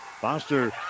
Foster